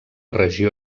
regió